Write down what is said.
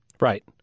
Right